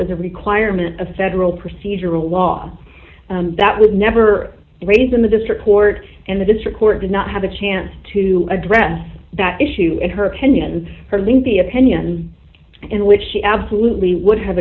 was a requirement of federal procedural law that would never raise in the district court and the district court did not have a chance to address that issue and her opinion her link the opinion in which she absolutely would have